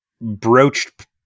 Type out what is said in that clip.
broached